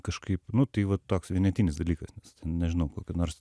kažkaip nu tai va toks vienetinis dalykas nes ten nežinau kokio nors